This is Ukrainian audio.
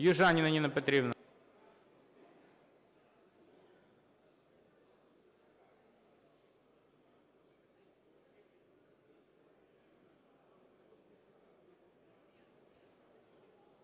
Южаніна Ніна Петрівна.